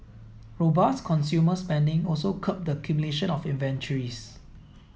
robust consumer spending also curbed the accumulation of inventories